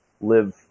live